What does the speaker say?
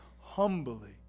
humbly